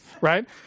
right